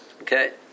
Okay